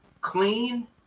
clean